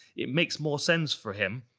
it makes more sense for him,